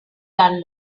done